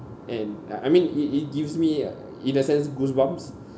and I I mean it it gives me in a sense goose bumps